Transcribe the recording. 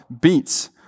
beats